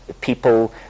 people